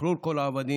שחרור כל העבדים,